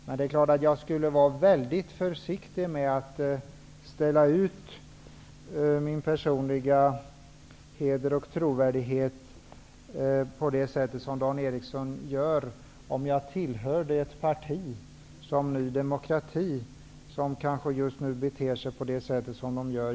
Men jag skulle vara väldigt försiktig med att ställa ut min personliga heder och trovärdighet på det sätt som Dan Eriksson gör, om jag tillhörde ett parti som Ny demokrati, som just nu beter sig på det sätt som det gör.